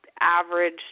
average